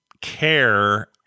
care